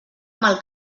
mal